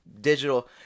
digital